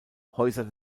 häuser